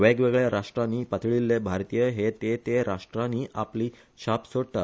वेगवेगळ्या राष्ट्रांनी पातळील्ले भारतीय हे ते ते राष्ट्रांनी आपली छाप सोडतात